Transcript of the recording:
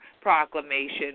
proclamation